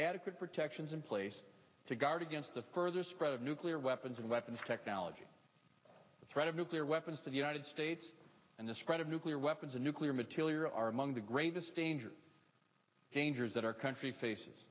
adequate protections in place to guard against the further spread of nuclear weapons and weapons technology the threat of nuclear weapons to the united states and the spread of nuclear weapons and nuclear material are among the greatest dangers dangers that our country faces